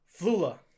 Flula